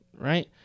right